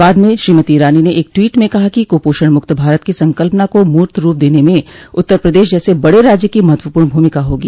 बाद में श्रीमती ईरानी ने एक ट्वीट में कहा कि कुपोषण मुक्त भारत की संकल्पना को मूर्तरूप देने में उत्तर प्रदेश जैसे बड़े राज्य की महत्वपूर्ण भूमिका होगी